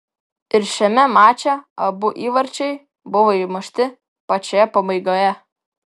ir šiame mače abu įvarčiai buvo įmušti pačioje pabaigoje